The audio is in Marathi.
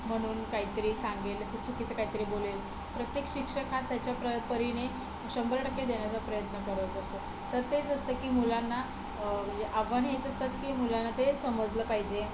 म्हणून काहीतरी सांगेल असं चुकीचं कायतरी बोलेल प्रत्येक शिक्षक हा त्याच्या प्रय परीने शंभर टक्के देण्याचा प्रयत्न करत असतात तर तेच असतं की मुलांना आव्हान हेच असतात की मुलांना ते समजलं पाहिजे